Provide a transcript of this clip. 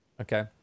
Okay